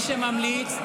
מי שממליץ,